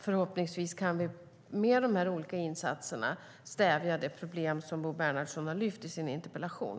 Förhoppningsvis kan vi med dessa olika insatser stävja det problem som Bo Bernhardsson tar upp i sin interpellation.